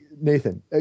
Nathan